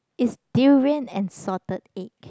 is durian and salted egg